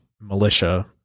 militia